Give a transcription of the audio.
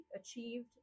achieved